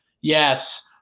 Yes